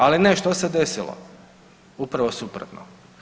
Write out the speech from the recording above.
Ali nešto se desilo, upravo suprotno.